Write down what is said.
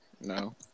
No